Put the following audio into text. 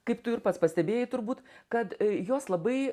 kaip tu ir pats pastebėjai turbūt kad jos labai